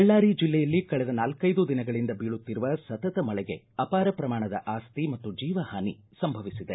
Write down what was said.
ಬಳ್ಳಾರಿ ಜಿಲ್ಲೆಯಲ್ಲಿ ಕಳೆದ ನಾಲ್ಟೈದು ದಿನಗಳಿಂದ ಬೀಳುತ್ತಿರುವ ಸತತ ಮಳೆಗೆ ಅಪಾರ ಪ್ರಮಾಣದ ಆಸ್ತಿ ಮತ್ತು ಜೀವ ಪಾನಿ ಸಂಭವಿಸಿದೆ